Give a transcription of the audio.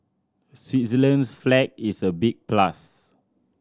Switzerland's flag is a big plus